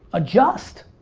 adjust